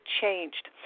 Changed